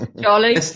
Charlie